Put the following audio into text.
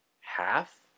Half